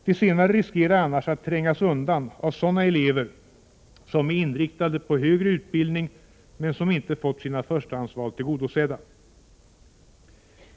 De senare riskerar annars att trängas undan av sådana elever som är inriktade på högre utbildning men som inte fått sina förstahandsval tillgodosedda.